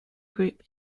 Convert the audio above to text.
group